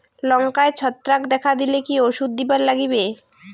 লঙ্কায় ছত্রাক দেখা দিলে কি ওষুধ দিবার লাগবে?